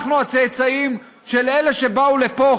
אנחנו הצאצאים של אלה שבאו לפה,